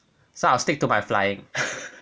so I'll stick to my flying